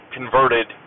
converted